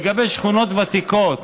לגבי שכונות ותיקות,